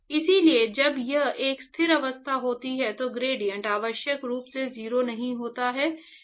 इसलिए जब ये एक स्थिर अवस्था होती है तो ग्रेडिएंट आवश्यक रूप से 0 नहीं होते हैं